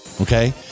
Okay